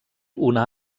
una